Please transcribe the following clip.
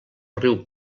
riu